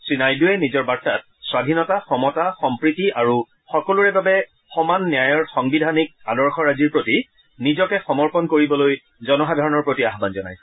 শ্ৰীনাইডুৱে নিজৰ বাৰ্তাত স্বধীনতা সমতা সম্প্ৰীতি আৰু সকলোৰে বাবে সমান ন্যায়ৰ সাংবিধানীকি আদৰ্শৰাজিৰ প্ৰতি নিজকে সমৰ্পন কৰিবলৈ জনসাধাৰণৰ প্ৰতি আহ্বান জনাইছে